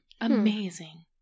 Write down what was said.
Amazing